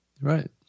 Right